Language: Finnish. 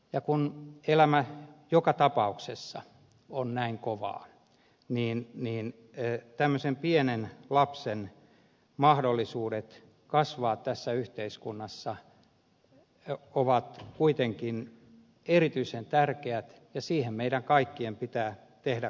ja kun elämä joka tapauksessa on näin kovaa niin tämmöisen pienen lapsen mahdollisuudet kasvaa tässä yhteiskunnassa ovat kuitenkin erityisen tärkeät ja niiden eteen meidän kaikkien pitää tehdä kaikkemme